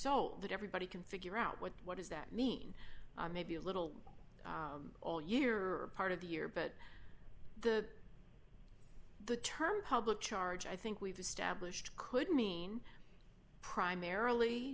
old that everybody can figure out what does that mean maybe a little all year or part of the year but the the term public charge i think we've established could mean primarily